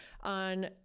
on